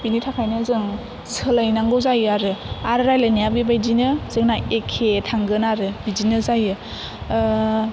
बिनि थाखायनो जों सोलायनांगौ जायो आरो आरो रायलायनाया बेबायदिनो जोंना एखे थांगोन आरो बिदिनो जायो